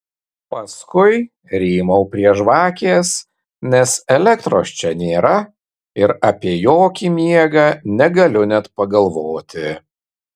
paskui rymau prie žvakės nes elektros čia nėra ir apie jokį miegą negaliu net pagalvoti